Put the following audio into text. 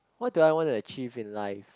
what do I want to achieve in life